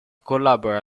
collabora